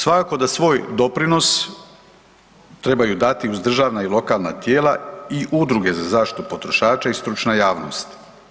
Svakako da svoj doprinos trebaju dati uz državna i lokalna tijela i udruge za zaštitu potrošača i stručna javnost.